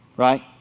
Right